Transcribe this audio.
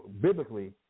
biblically